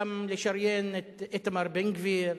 גם לשריין את איתמר בן-גביר,